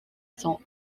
son